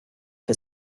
for